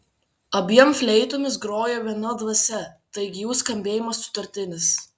abiem fleitomis grojo viena dvasia taigi jų skambėjimas sutartinis